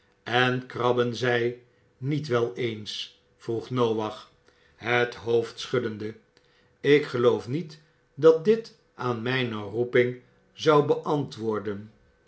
en krabben zij niet wel eens vroeg noach het hoofd schuddende ik geloof niet dat dit aan mijne roeping zou beantwoorden